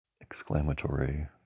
exclamatory